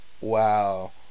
wow